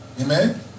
Amen